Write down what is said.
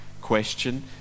question